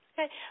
Okay